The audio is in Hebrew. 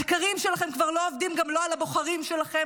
השקרים שלכם כבר לא עובדים, גם לא הבוחרים שלכם.